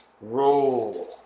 Roll